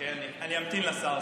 אני אמתין לשר.